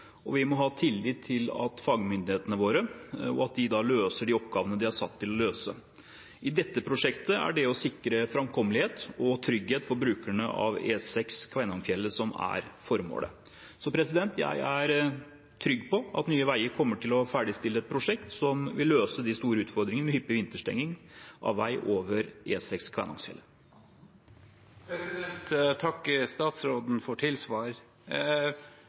og vi må ha tillit til at fagmyndighetene våre løser de oppgavene de er satt til å løse. I dette prosjektet er det å sikre framkommelighet og trygghet for brukerne av E6 Kvænangsfjellet det som er formålet. Jeg er trygg på at Nye Veier kommer til å ferdigstille et prosjekt som vil løse de store utfordringene med hyppig vinterstenging av E6 over Kvænangsfjellet. Jeg takker statsråden for